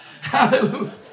Hallelujah